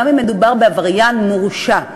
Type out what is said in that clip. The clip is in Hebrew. גם אם מדובר בעבריין מורשע.